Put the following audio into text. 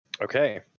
okay